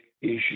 issue